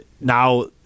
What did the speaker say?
now